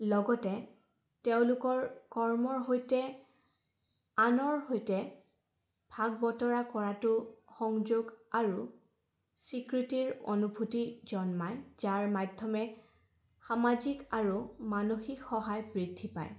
লগতে তেওঁলোকৰ কৰ্মৰ সৈতে আনৰ সৈতে ভাগ বতৰা কৰাটো সংযোগ আৰু স্বীকৃতিৰ অনুভূতি জন্মায় যাৰ মাধ্যমে সামাজিক আৰু মানসিক সহায় বৃদ্ধি পায়